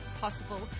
possible